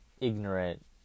ignorant